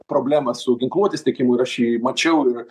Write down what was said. problemą su ginkluotės tiekimu ir aš jį mačiau ir